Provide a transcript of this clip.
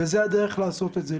זאת הדרך לעשות את זה.